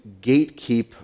gatekeep